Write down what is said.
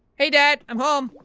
hey dad. i'm home.